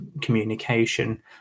communication